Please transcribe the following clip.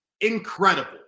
incredible